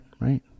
right